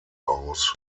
aus